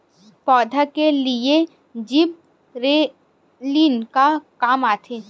पौधा के लिए जिबरेलीन का काम आथे?